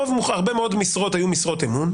הרבה מאוד משרות היו משרות אמון,